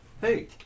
hey